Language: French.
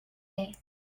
est